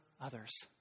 others